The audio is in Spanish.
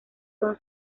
son